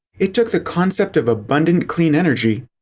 it took the concept of abundant clean energy,